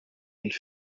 and